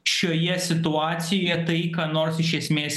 šioje situacijoje tai ką nors iš esmės